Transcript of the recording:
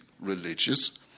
religious